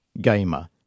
gamer